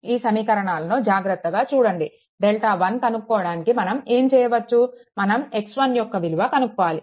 ఈ సమీకరణాలను జాగ్రతగా చూడండి డెల్టా1 కన్నుకోవడానికి మనం ఏం చేయవచ్చు మనం x1 యొక్క విలువ కనుక్కోవాలి